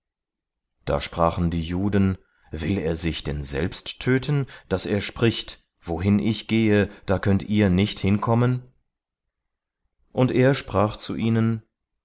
da sprachen die juden will er sich denn selbst töten daß er spricht wohin ich gehe da könnet ihr nicht hin kommen und er sprach zu ihnen